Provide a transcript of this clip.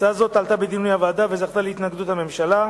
הצעה זאת עלתה בדיוני הוועדה וזכתה להתנגדות הממשלה.